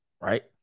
right